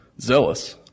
zealous